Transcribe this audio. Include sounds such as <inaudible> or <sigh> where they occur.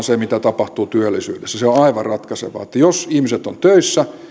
<unintelligible> se mitä tapahtuu työllisyydessä se on on aivan ratkaisevaa jos ihmiset ovat töissä